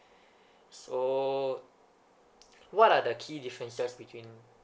so what are the key differences between